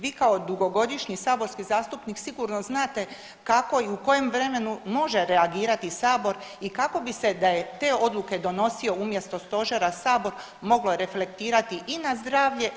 Vi kao dugogodišnji saborski zastupnik sigurno znate kako i u kojem vremenu može reagirati sabor i kako bi se da je te odluke donosio umjesto stožera sabor moglo reflektirati i na zdravlje.